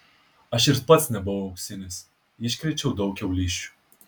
aš ir pats nebuvau auksinis iškrėčiau daug kiaulysčių